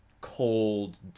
cold